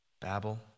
Babel